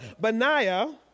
Benaiah